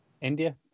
india